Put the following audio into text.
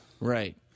Right